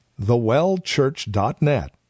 thewellchurch.net